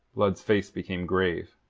blood's face became grave.